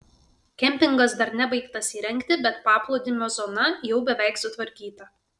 kempingas dar nebaigtas įrengti bet paplūdimio zona jau beveik sutvarkyta